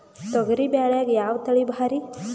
ತೊಗರಿ ಬ್ಯಾಳ್ಯಾಗ ಯಾವ ತಳಿ ಭಾರಿ?